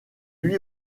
lui